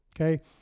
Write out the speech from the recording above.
Okay